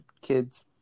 kids